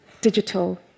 digital